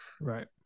right